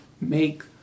make